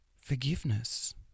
forgiveness